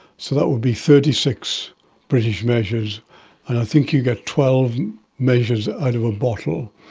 so that would be thirty six british measures, and i think you get twelve measures out of a bottle,